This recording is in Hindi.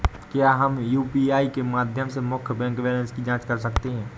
क्या हम यू.पी.आई के माध्यम से मुख्य बैंक बैलेंस की जाँच कर सकते हैं?